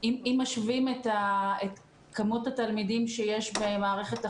אם משווים את כמות התלמידים שיש במערכת החינוך,